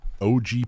OG